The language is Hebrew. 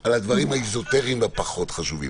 על הדברים האיזוטריים והפחות חשובים.